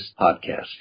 Podcast